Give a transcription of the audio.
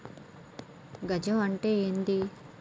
గజం అంటే ఏంది?